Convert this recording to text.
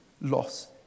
loss